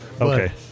Okay